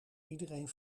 iedereen